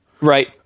right